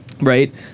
Right